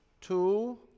Two